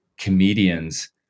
comedians